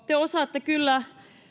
te osaatte kyllä